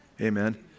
Amen